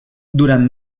durant